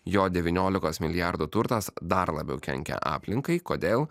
jo devyniolikos milijardų turtas dar labiau kenkia aplinkai kodėl